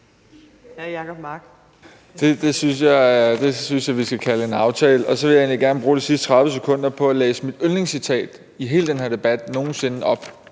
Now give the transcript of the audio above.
Det synes jeg vi skal kalde en aftale. Så vil jeg egentlig gerne bruge de sidste 30 sekunder på at læse mit yndlingscitat i hele den her debat nogen sinde op,